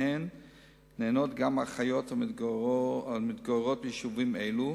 שמהם נהנות גם האחיות המתגוררות ביישובים אלה,